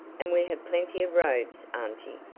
and we have plenty of robes, auntie,